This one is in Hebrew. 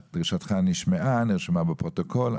דרישתך נשמעה, נרשמה בפרוטוקול.